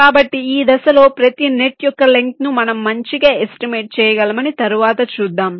కాబట్టి ఈ దశలో ప్రతి నెట్ యొక్క లెంగ్త్ ను మనం మంచిగా ఎస్టిమేట్ చేయగలమని తరువాత చూద్దాం